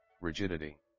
rigidity